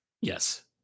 yes